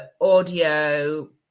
audio